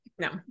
No